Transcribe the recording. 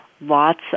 lots